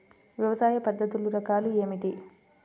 వ్యవసాయ పద్ధతులు రకాలు ఏమిటి?